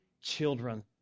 children